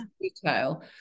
detail